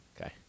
Okay